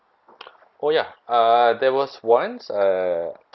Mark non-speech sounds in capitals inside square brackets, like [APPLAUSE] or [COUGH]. oh ya uh there was once uh [NOISE]